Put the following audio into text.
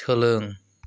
सोलों